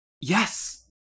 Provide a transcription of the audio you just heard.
Yes